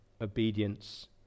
obedience